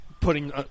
putting